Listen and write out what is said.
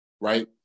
right